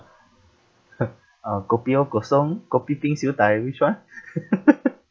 uh kopi o kosong kopi peng siu dai which one